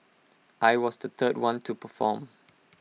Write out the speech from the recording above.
I was the third one to perform